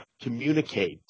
communicate